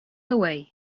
away